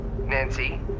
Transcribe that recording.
Nancy